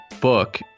book